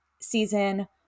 season